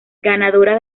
ganadora